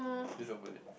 just open it